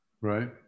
Right